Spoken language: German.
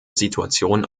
situation